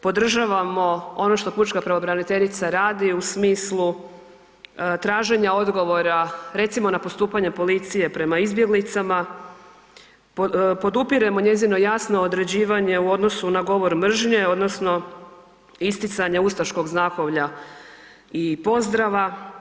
Podržavamo ono što pučka pravobraniteljica radi u smislu traženja odgovora, recimo na postupanje policije prema izbjeglicama, podupiremo njezino jasno određivanje u odnosu na govor mržnje odnosno isticanje ustaškog znakovlja i pozdrava.